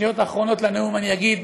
בשניות האחרונות לנאום אני אגיד